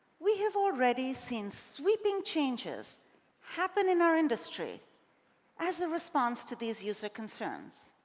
we have already seen sweeping changes happen in our industry as a response to these user concerns